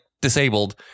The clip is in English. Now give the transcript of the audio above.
disabled